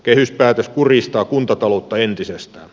kehyspäätös kuristaa kuntataloutta entisestään